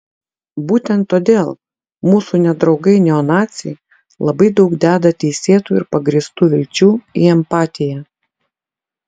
būtent todėl mūsų nedraugai neonaciai labai daug deda teisėtų ir pagrįstų vilčių į empatiją